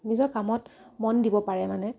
নিজৰ কামত মন দিব পাৰে মানে